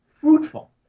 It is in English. fruitful